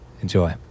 Enjoy